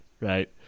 right